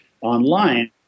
online